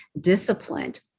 disciplined